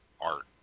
art